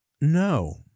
No